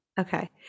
Okay